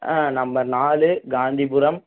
ஆ number நாலு காந்திபுரம்